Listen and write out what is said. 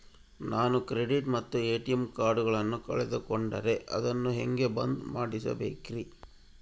ನಾನು ಕ್ರೆಡಿಟ್ ಮತ್ತ ಎ.ಟಿ.ಎಂ ಕಾರ್ಡಗಳನ್ನು ಕಳಕೊಂಡರೆ ಅದನ್ನು ಹೆಂಗೆ ಬಂದ್ ಮಾಡಿಸಬೇಕ್ರಿ?